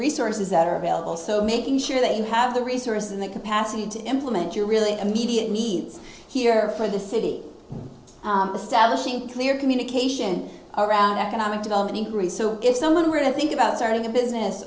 resources that are available so making sure that you have the resources and the capacity to implement your really immediate needs here for the city the status in clear communication around economic development groups so if someone were to think about starting a business